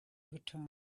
return